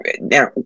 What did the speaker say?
now